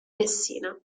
messina